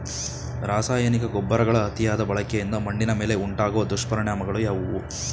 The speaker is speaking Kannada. ರಾಸಾಯನಿಕ ಗೊಬ್ಬರಗಳ ಅತಿಯಾದ ಬಳಕೆಯಿಂದ ಮಣ್ಣಿನ ಮೇಲೆ ಉಂಟಾಗುವ ದುಷ್ಪರಿಣಾಮಗಳು ಯಾವುವು?